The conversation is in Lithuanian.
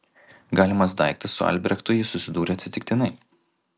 galimas daiktas su albrechtu ji susidūrė atsitiktinai